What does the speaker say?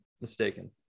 mistaken